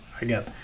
again